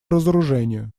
разоружению